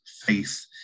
faith